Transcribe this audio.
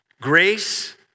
Grace